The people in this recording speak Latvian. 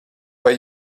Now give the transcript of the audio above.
vai